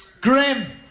grim